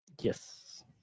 Yes